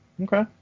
Okay